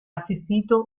assistito